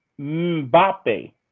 Mbappe